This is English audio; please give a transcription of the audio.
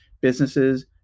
businesses